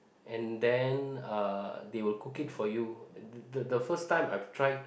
and then uh they will cook it for you the the the first time I've tried